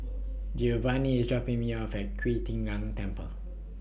Giovanny IS dropping Me off At Qi Tian Gong Temple